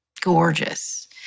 gorgeous